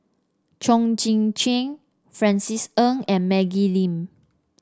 Chong Tze Chien Francis Ng and Maggie Lim